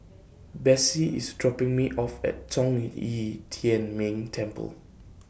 Bessie IS dropping Me off At Zhong Yi Yi Tian Ming Temple